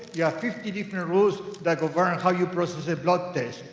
yeah fifty different rules, that govern how you process blood test.